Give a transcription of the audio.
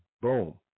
Boom